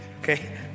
okay